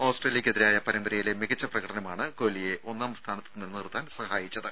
ഓസ്ട്രേലിയക്കെതിരായ പരമ്പരയിലെ മികച്ച പ്രകടനമാണ് കോഹ്ലിയെ ഒന്നാംസ്ഥാനത്ത് നിലനിർത്താൻ സഹായിച്ചത്